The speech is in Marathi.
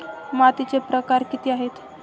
मातीचे प्रकार किती आहेत?